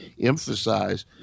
emphasize